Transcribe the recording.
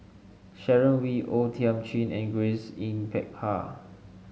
Sharon Wee O Thiam Chin and Grace Yin Peck Ha